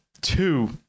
two